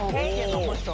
a lot